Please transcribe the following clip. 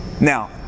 Now